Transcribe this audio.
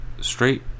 straight